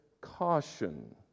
caution